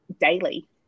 daily